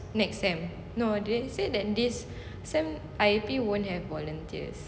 next sem no they said that this sem I feel won't have volunteers